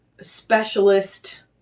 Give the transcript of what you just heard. specialist